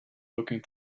looking